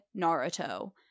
Naruto